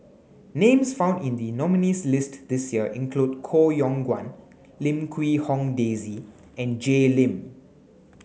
names found in the nominees' list this year include Koh Yong Guan Lim Quee Hong Daisy and Jay Lim